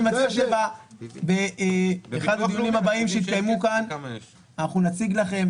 אני מציע שבאחד הדיונים הבאים שיתקיימו כאן אנחנו נציג לכם